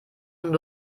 und